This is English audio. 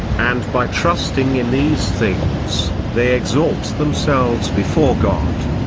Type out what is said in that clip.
and by trusting in these things, they exalt themselves before god.